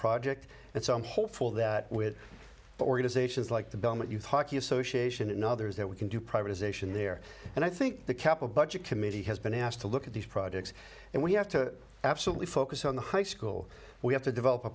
project and so i'm hopeful that with organizations like the belmont youth hockey association and others that we can do privatization there and i think the capital budget committee has been asked to look at these projects and we have to absolutely focus on the high school we have to develop a